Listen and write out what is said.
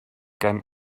came